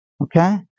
Okay